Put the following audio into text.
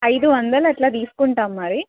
ఐదు వందలు అట్లా తీసుకుంటాం మరి